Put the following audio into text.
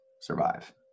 survive